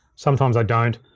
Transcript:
sometimes i don't.